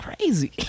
crazy